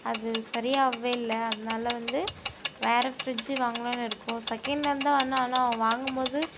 அது சரி ஆகவே இல்லை அதனால் வந்து வேற ஃப்ரிட்ஜூ வாங்கலாம்னு இருக்கோம் செக்கேண்ட் ஹேண்ட் தான் வாங்கினோம் ஆனால் வாங்கும் போது